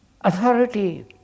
Authority